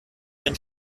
den